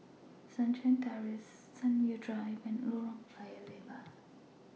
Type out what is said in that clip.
Sunshine Terrace Sunview Drive and Lorong Paya Lebar